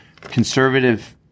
conservative